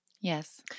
Yes